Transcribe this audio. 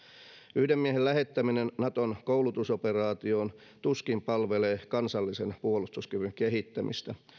yhden miehen lähettäminen naton koulutusoperaatioon tuskin palvelee kansallisen puolustuskyvyn kehittämistä